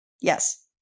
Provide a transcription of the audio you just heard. Yes